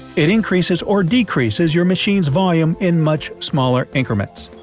it increases or decreases your machine's volume in much smaller increments.